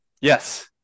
Yes